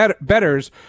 betters